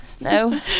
No